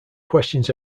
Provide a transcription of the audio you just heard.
questions